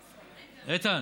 איתן,